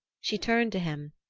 she turned to him,